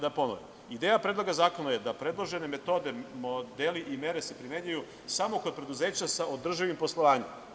Da ponovim – ideja predloga zakona je da predložene metode, modeli i mere se primenjuju samo kod preduzeća sa održivim poslovanjem.